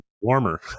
warmer